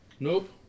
Nope